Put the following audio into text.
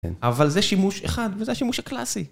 אבל זה שימוש אחד, וזה השימוש הקלאסי.